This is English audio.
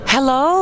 Hello